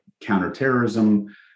counterterrorism